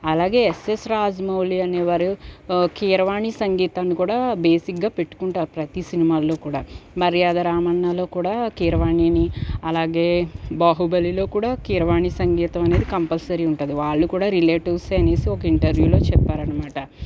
అలాగే ఎస్ఎస్ రాజ్మౌళి అనేవారు కీరవాణి సంగీతాన్ని కూడా బేసిక్గా పెట్టుకుంటారు ప్రతి సినిమాలో కూడా మర్యాదరామన్నలో కూడా కీరవాణిని అలాగే బాహుబలిలో కూడా కీరవాణి సంగీతం అనేది కంపల్సరీ ఉంటుంది వాళ్ళు కూడా రిలేటివ్సే అనేసి ఒక ఇంటర్వ్యూలో చెప్పారనమాట